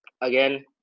Again